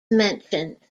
mentioned